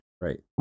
right